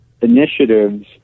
initiatives